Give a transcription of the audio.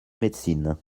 médecine